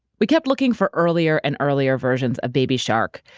we kept looking for earlier and earlier versions of baby shark.